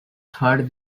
third